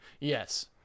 yes